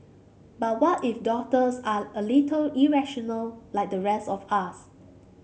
but what if doctors are a little irrational like the rest of us